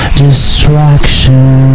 distraction